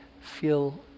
feel